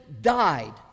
died